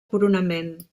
coronament